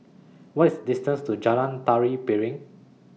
What IS distance to Jalan Tari Piring